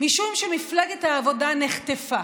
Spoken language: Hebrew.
משום שמפלגת העבודה נחטפה,